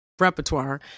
repertoire